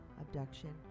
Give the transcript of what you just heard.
abduction